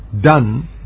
done